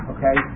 Okay